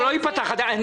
ייפתח דיון.